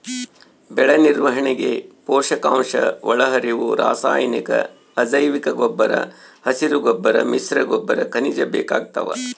ಬೆಳೆನಿರ್ವಹಣೆಗೆ ಪೋಷಕಾಂಶಒಳಹರಿವು ರಾಸಾಯನಿಕ ಅಜೈವಿಕಗೊಬ್ಬರ ಹಸಿರುಗೊಬ್ಬರ ಮಿಶ್ರಗೊಬ್ಬರ ಖನಿಜ ಬೇಕಾಗ್ತಾವ